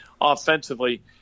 offensively